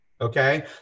okay